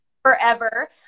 forever